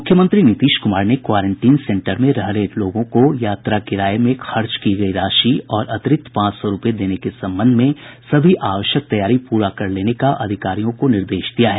मुख्यमंत्री नीतीश कुमार ने quarantine centre में रह रहे लोगों को यात्रा किराये में खर्च की गयी राशि और अतिरिक्त पांच सौ रूपये देने के संबंध में सभी आवश्यक तैयारी पूरा कर लेने का अधिकारियों को निर्देश दिया है